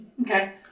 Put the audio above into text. Okay